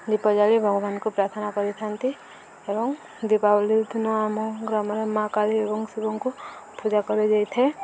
ଦୀପ ଜାଳି ଭଗବାନଙ୍କୁ ପ୍ରାର୍ଥନା କରିଥାନ୍ତି ଏବଂ ଦୀପାବଳି ଦିନ ଆମ ଗ୍ରାମରେ ମା' କାଳି ଏବଂ ଶିବଙ୍କୁ ପୂଜା କରାଯାଇଥାଏ